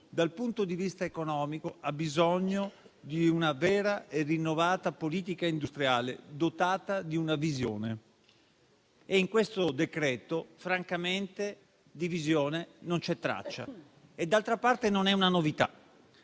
dal punto di vista economico, ha bisogno di una vera e rinnovata politica industriale dotata di una visione. Ma in questo decreto-legge, francamente, di visione non c'è traccia. D'altra parte, non è una novità.